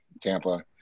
Tampa